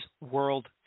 World